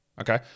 Okay